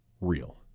real